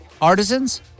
Artisans